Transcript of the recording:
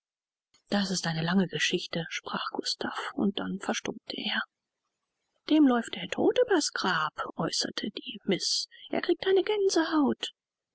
das ist eine lange geschichte sprach gustav und dann verstummte er dem läuft der tod über's grab äußerte die miß er kriegt eine gänsehaut